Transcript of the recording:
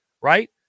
right